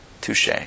Touche